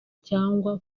cyangwa